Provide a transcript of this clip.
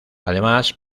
además